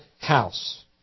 house